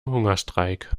hungerstreik